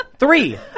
Three